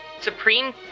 Supreme